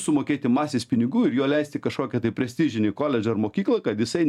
sumokėti masės pinigų ir jo leisti į kažkokį prestižinį koledžą ar mokyklą kad jisai